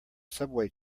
subway